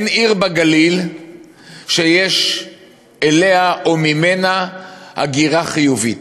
אין עיר בגליל שיש אליה או ממנה הגירה חיובית.